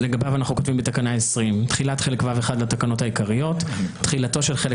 לגביו אנחנו כותבים: 20.תחילת חלק ו'1 לתקנות העיקריות תחילתו של חלק